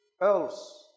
Else